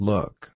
Look